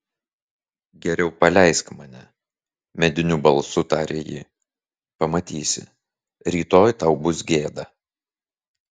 geriau paleisk mane mediniu balsu tarė ji pamatysi rytoj tau bus gėda